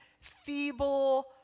feeble